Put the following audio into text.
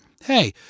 Hey